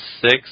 six